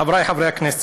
חבריי חברי הכנסת,